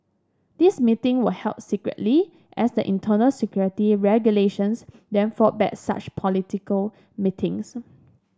these meeting were held secretly as the internal security regulations then forbade such political meetings